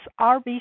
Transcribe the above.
RBC